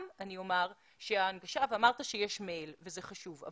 גם אני אומר שההנגשה, ואמרת שיש מייל וזה חשוב.